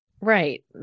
right